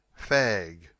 Fag